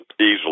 easily